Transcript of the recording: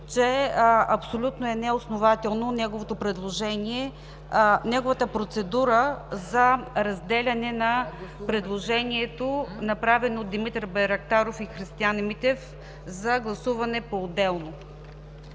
неговото предложение, неговата процедура, за разделяне на предложението, направено от Димитър Байрактаров и Христиан Митев за гласуване поотделно.